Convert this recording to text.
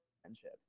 friendship